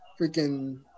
freaking